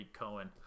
cohen